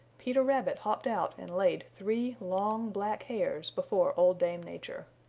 peter rabbit hopped out and laid three long black hairs before old dame nature.